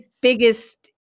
biggest